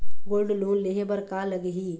Gold loan लेहे बर का लगही?